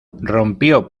rompió